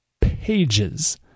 pages